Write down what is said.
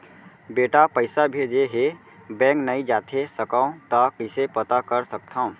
बेटा पइसा भेजे हे, बैंक नई जाथे सकंव त कइसे पता कर सकथव?